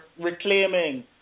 reclaiming